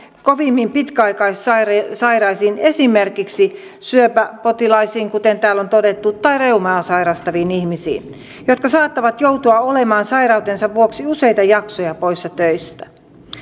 kovimmin pitkäaikaissairaisiin esimerkiksi syöpäpotilaisiin kuten täällä on todettu tai reumaa sairastaviin ihmisiin jotka saattavat joutua olemaan sairautensa vuoksi useita jaksoja poissa töistä